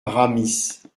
aramis